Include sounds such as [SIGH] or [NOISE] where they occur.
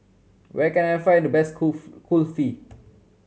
where can I find the best [UNINTELLIGIBLE] Kulfi